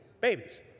Babies